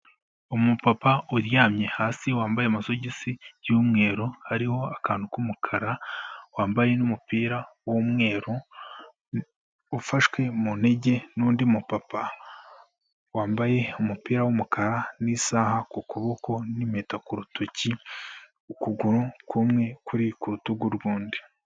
Umupapa uryamye hasi wambaye amasogisi y'umweru hariho akantu k'umukara, wambaye n'umupira w'umweru, ufashwe mu ntege n'undi mupapa wambaye umupira w'umukara n'isaha ku kuboko n'impeta ku rutoki, ukuguru kumwe kuri ku rutugu rw'undi.